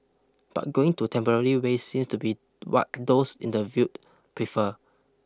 but going to temporary way seems to be what those interviewed prefer